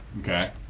Okay